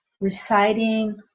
reciting